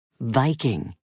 Viking